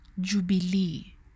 Jubilee